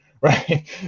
right